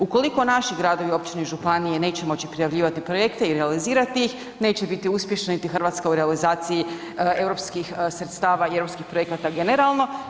Ukoliko naši gradovi, općine i županije neće moći prijavljivati projekte i realizirati ih, neće biti uspješna niti Hrvatska u realizaciji europskih sredstava i europskih projekata generalno.